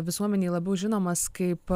visuomenei labiau žinomas kaip